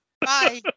Bye